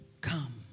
Come